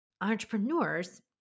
Entrepreneurs